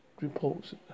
reports